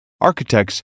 Architects